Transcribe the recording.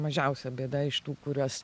mažiausia bėda iš tų kurias